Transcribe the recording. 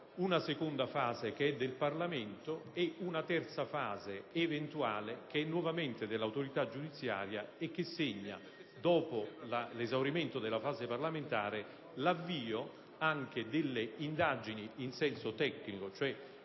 una seconda fase propria del Parlamento e una terza fase, eventuale, che è nuovamente dell'autorità giudiziaria e che segna, dopo l'esaurimento della fase parlamentare, l'avvio delle indagini che in senso tecnico si